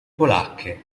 polacche